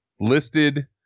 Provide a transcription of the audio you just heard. listed